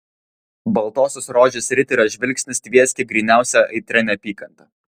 baltosios rožės riterio žvilgsnis tvieskė gryniausia aitria neapykanta